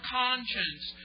conscience